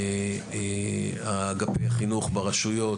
אגפי החינוך ברשויות,